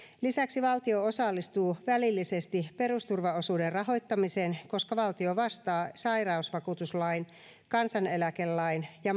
lisäksi valtio osallistuu välillisesti perusturvaosuuden rahoittamiseen koska valtio vastaa sairausvakuutuslain kansaneläkelain ja